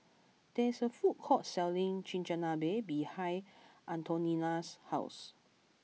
there is a food court selling Chigenabe behind Antonina's house